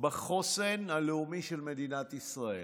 בחוסן הלאומי של מדינת ישראל.